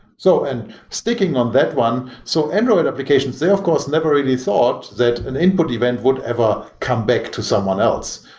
so and sticking on that one, so android applications, they of course never really thought that an input event would ever come back to someone else.